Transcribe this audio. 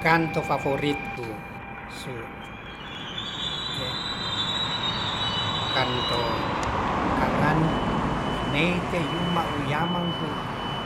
Kan to faforit kan to kangan pinei tei yuma uyamanku